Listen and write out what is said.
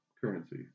currency